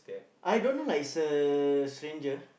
I don't know lah it's a stranger